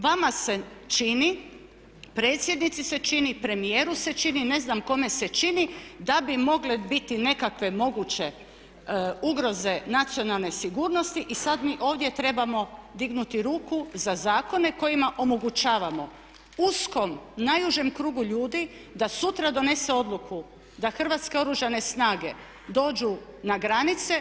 Vama se čini, predsjednici se čini, premijeru se čini, ne znam kome se čini da bi mogle biti nekakve moguće ugroze nacionalne sigurnosti i sad mi ovdje trebamo dignuti ruku za zakone kojima omogućavamo uskom, najužem krugu ljudi da sutra donesen odluku da Hrvatske oružane snage dođu na granice.